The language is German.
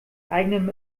eigenem